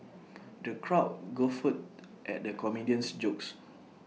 the crowd guffawed at the comedian's jokes